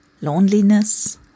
loneliness